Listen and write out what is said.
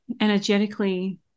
energetically